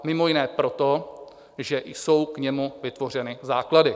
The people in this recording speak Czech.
Mimo jiné proto, že jsou k němu vytvořené základy.